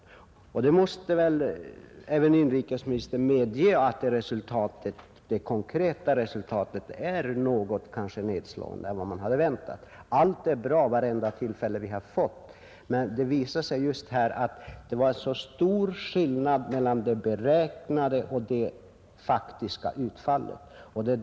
Även inrikesministern måste medge att detta konkreta resultat är något nedslående. Vartenda arbetstillfälle vi fått är bra, men det har visat sig att det är stor skillnad mellan det beräknade och det faktiska utfallet.